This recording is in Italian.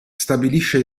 stabilisce